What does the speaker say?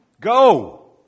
Go